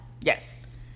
Yes